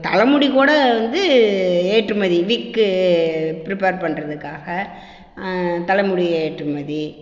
தலைமுடி கூட வந்து ஏற்றுமதி விக்கு பிரிப்பேர் பண்ணுறதுக்காக தலைமுடி ஏற்றுமதி